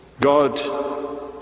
God